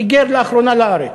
היגר לאחרונה לארץ.